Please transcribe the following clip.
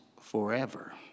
forever